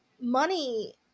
money